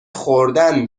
خوردن